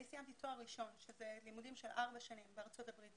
אני סיימתי תואר ראשון שזה לימודים של ארבע שנים בארצות הברית,